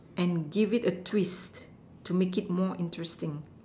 and give it a twist to make it more interesting